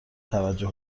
توجه